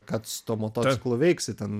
ką tu su tuo motociklu veiksi ten